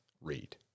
read